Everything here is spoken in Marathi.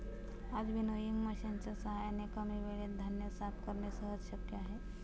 आज विनोइंग मशिनच्या साहाय्याने कमी वेळेत धान्य साफ करणे सहज शक्य आहे